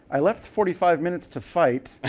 i left forty five minutes to fight.